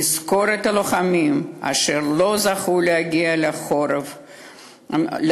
נזכור את הלוחמים אשר לא זכו להגיע לחוף מבטחים,